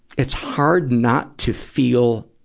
it's hard not to feel,